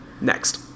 Next